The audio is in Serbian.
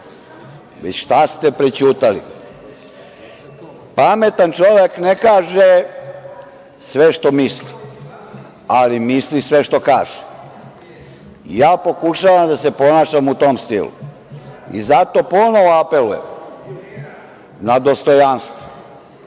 već šta ste prećutali. Pametan čovek ne kaže sve što misli, ali misli sve što kaže. Pokušavam da se ponašam u tom stilu i zato ponovo apelujem na dostojanstvo. Srpski